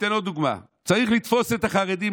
ניתן עוד דוגמה: "צריך לתפוס את החרדים,